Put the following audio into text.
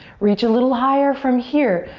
reach a little higher from here,